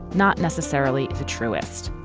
not necessarily the truest,